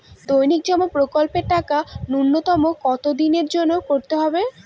দৈনিক জমা প্রকল্পের টাকা নূন্যতম কত দিনের জন্য করতে হয়?